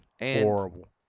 Horrible